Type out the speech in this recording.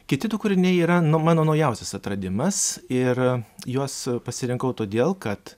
kiti du kūriniai yra nu mano naujausias atradimas ir juos pasirinkau todėl kad